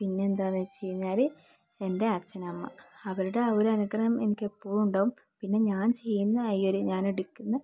പിന്നെന്താണെന്ന് വെച്ച് കഴിഞ്ഞാൽ എൻ്റെ അച്ഛനമ്മ അവരുടെ ആ ഒരനുഗ്രഹം എനിക്കെപ്പോഴും ഉണ്ടാകും പിന്നെ ഞാൻ ചെയ്യുന്ന ഈ ഒരു ഞാനെടുക്കുന്ന